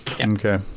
Okay